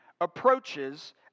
approaches